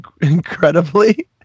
incredibly